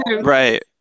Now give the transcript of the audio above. Right